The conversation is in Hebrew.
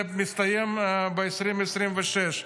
זה מסתיים ב-2026.